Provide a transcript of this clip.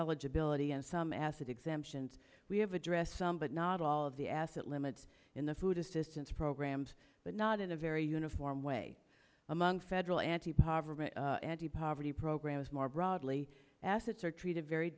eligibility and some acid exemptions we have addressed some but not all of the asset limits in the food assistance programs but not in a very uniform way among federal anti poverty anti poverty programs more broadly assets are treated very